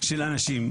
של אנשים.